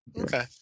okay